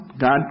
God